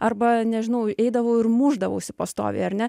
arba nežinau eidavau ir mušdavausi pastoviai ar ne